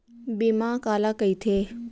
बीमा काला कइथे?